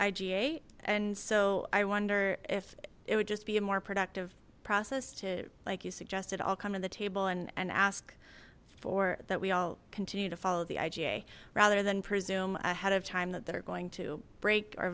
iga and so i wonder if it would just be a more productive process like you suggested i'll come to the table and ask for that we all continue to follow the iga rather than presume ahead of time that they're going to break or